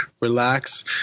relax